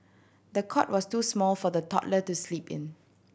the cot was too small for the toddler to sleep in